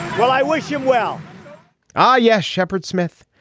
well i wish him well oh yes shepard smith